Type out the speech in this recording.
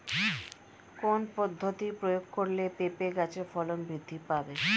কোন পদ্ধতি প্রয়োগ করলে পেঁপে গাছের ফলন বৃদ্ধি পাবে?